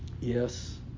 Yes